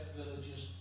villages